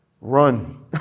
Run